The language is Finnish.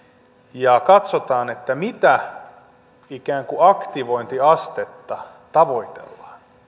ja katsotaan mitä ikään kuin aktivointiastetta tavoitellaan